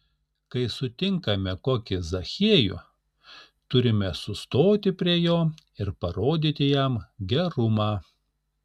kai sutinkame kokį zachiejų turime sustoti prie jo ir parodyti jam gerumą